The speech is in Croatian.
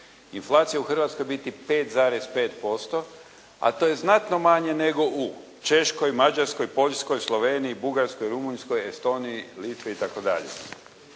inflacija u Hrvatskoj biti 5,5%, a to je znatno manje nego u Češkoj, Mađarskoj, Poljskoj, Sloveniji, Bugarskoj, Rumunjskoj, Estoniji, Litvi itd.